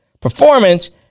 performance